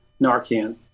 Narcan